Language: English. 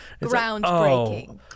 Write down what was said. Groundbreaking